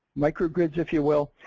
microgrids if you will,